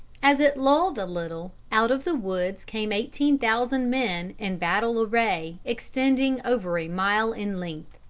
as it lulled a little, out of the woods came eighteen thousand men in battle-array extending over a mile in length.